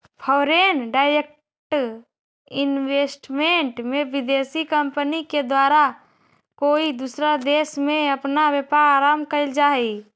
foreign direct investment में विदेशी company के द्वारा कोई दूसरा देश में अपना व्यापार आरंभ कईल जा हई